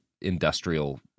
industrial